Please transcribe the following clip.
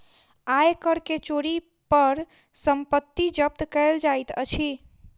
आय कर के चोरी पर संपत्ति जब्त कएल जाइत अछि